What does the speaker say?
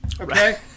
Okay